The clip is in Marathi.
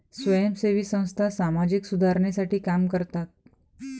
स्वयंसेवी संस्था सामाजिक सुधारणेसाठी काम करतात